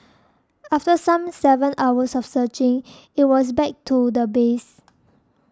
after some seven hours of searching it was back to the base